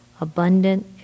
abundant